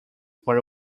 were